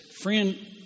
friend